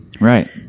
Right